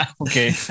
Okay